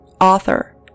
author